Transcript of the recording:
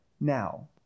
now